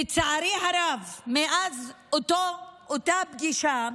לצערי הרב, מאז אותה פגישה,